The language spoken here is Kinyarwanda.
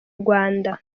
rwanda